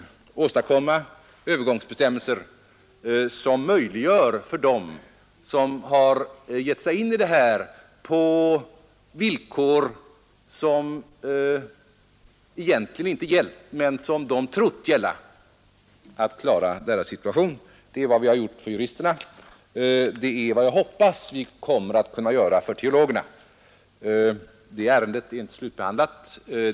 Därför utfärdas nu övergångsbestämmelser för dem som har givit sig in i det här på villkor som egentligen inte gällt men som de trott gälla. Vi har gjort det för juristerna, och jag hoppas att vi kommer att kunna göra det också för teologerna. Det senare ärendet är inte slutbehandlat.